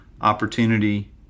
opportunity